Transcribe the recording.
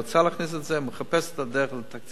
הוא רצה להכניס את זה, הוא מחפש את הדרך לתקציבים.